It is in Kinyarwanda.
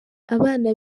abana